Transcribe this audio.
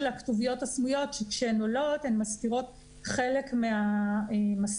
הכתוביות הסמויות שכשהן עולות הן מסתירות חלק מהמסך,